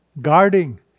guarding